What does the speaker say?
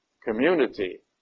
community